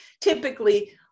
typically